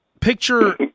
Picture